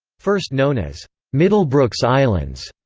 first known as middlebrooks islands,